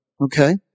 okay